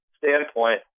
standpoint